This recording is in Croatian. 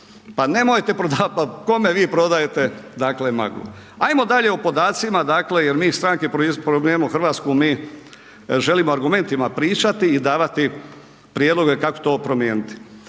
pa nemojte prodavat, pa kome vi prodajete dakle maglu. Ajmo dalje o podacima dakle jer mi iz Stranke Promijenimo Hrvatsku mi želimo argumentima pričati i davati prijedloge kako to promijeniti.